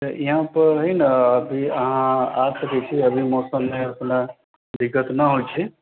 तऽ यहाँ पर है न आकर दखबै न तऽ मौसम के उतना दिक्कत न होइ छै